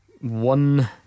One